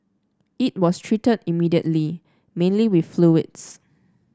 it was treated immediately mainly with fluids